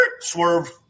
swerve